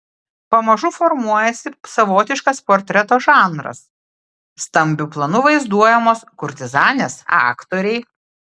pamažu formuojasi savotiškas portreto žanras stambiu planu vaizduojamos kurtizanės aktoriai